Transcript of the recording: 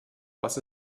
was